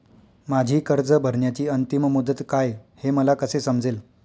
माझी कर्ज भरण्याची अंतिम मुदत काय, हे मला कसे समजेल?